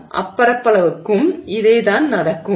அப்பரப்பளவுக்கும் இதேதான் நடக்கும்